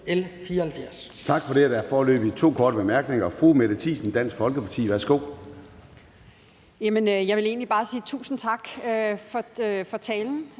L 74.